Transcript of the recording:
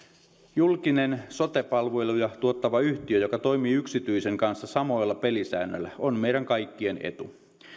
julkinen sote palveluja tuottava yhtiö joka toimii yksityisen kanssa samoilla pelisäännöillä on meidän kaikkien etu